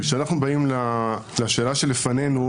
כשאנחנו באים לשאלה שלפנינו,